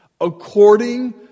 according